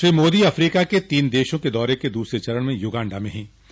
Shri Modi Africa के तीन की देशों के दौरे के दूसरे चरण में युगांडा में हैं